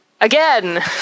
Again